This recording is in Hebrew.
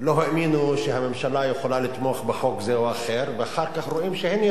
לא האמינו שהממשלה יכולה לתמוך בחוק זה או אחר ואחר כך רואים שהנה,